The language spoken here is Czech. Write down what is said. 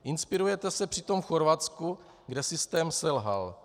Inspirujete se přitom v Chorvatsku, kde systém selhal.